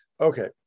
Okay